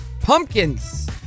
pumpkins